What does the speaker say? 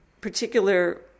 particular